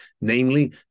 namely